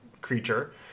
creature